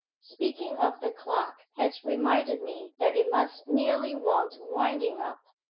speaking of the clock has reminded me that it must nearly want winding up.